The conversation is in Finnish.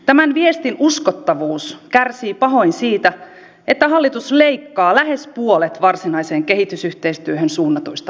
tämän viestin uskottavuus kärsii pahoin siitä että hallitus leikkaa lähes puolet varsinaiseen kehitysyhteistyöhön suunnatuista varoista